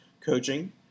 coaching